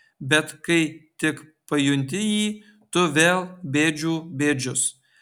bet kai tik pajunti jį tu vėl bėdžių bėdžius